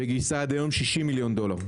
ועד היום גייסה 60 מיליון דולר.